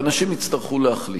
ואנשים יצטרכו להחליט: